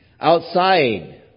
Outside